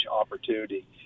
opportunity